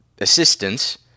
assistance